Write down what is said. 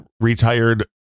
retired